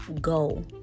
go